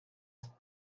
faites